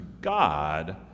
God